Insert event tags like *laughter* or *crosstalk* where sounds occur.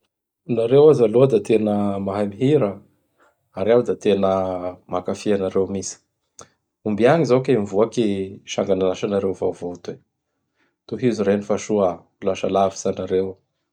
Nareo aza aloha da tena mahay mihira ary iaho da tena mankafy anareo mintsy. *noise* Ombia agny kay zao mivoaky i sangan'asanareo vaovao toy? Tohizo reno fa soa? ho lasa lavitsy hanareo oh.